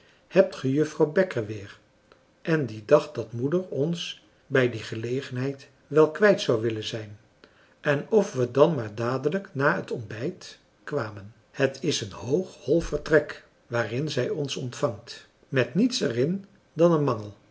hebt ge juffrouw bekker weer en die dacht dat moeder ons bij die gelegenheid wel kwijt zou willen zijn en of we dan maar dadelijk na het ontbijt kwamen het is een hoog hol vertrek waarin zij ons ontvangt met niets er in dan een mangel